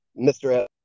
Mr